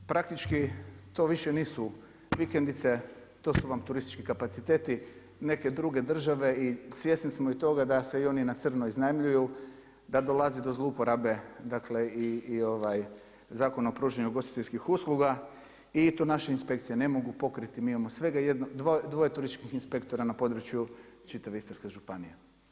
Praktički to više nisu vikendice, to su vam turistički kapacitete neke druge države i svjesni smo i toga da se oni na crno iznajmljuju da dolazi do zlouporabe dakle i ovaj Zakon o pružanju ugostiteljskih usluga i to naše inspekcije ne mogu pokriti, mi imamo svega dvoje turističkih inspektora na području čitave istarske županije.